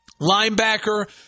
linebacker